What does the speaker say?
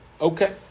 Okay